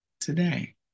today